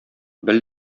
бел